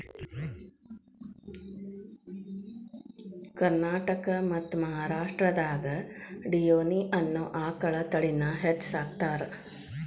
ಕರ್ನಾಟಕ ಮತ್ತ್ ಮಹಾರಾಷ್ಟ್ರದಾಗ ಡಿಯೋನಿ ಅನ್ನೋ ಆಕಳ ತಳಿನ ಹೆಚ್ಚ್ ಸಾಕತಾರ